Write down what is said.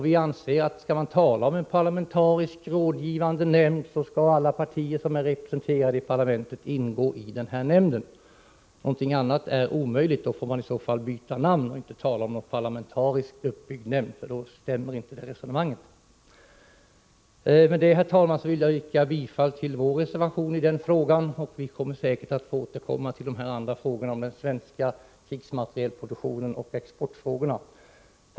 Vi anser att skall man tala om en parlamentariskt rådgivande nämnd skall alla partier som är representerade i parlamentet ingå i denna nämnd. Något annat är omöjligt. I så fall får man byta namn och inte tala om en parlamentariskt uppbyggd nämnd, för då stämmer inte resonemangen. Med detta, herr talman, yrkar jag bifall till vår reservation i denna fråga. Vi Nr 49 kommer säkert att få återkomma till frågan om den svenska krigsmaterielproduktionen och exportfrågorna.